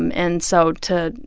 um and so to,